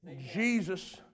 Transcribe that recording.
Jesus